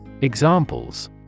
Examples